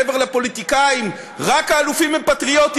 מעבר לפוליטיקאים רק האלופים הם פטריוטים?